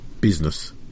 business